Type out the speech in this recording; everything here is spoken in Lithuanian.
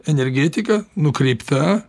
energetika nukreipta